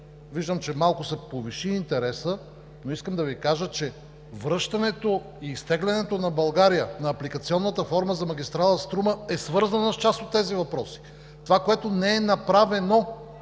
виждам, че малко се повиши интересът, но искам да Ви кажа, че връщането и изтеглянето на България на апликационната форма за магистрала Струма е свързано с част от тези въпроси. Това, което не е направено